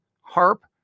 harp